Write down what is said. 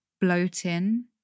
bloating